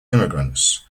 immigrants